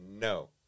No